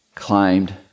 claimed